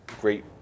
great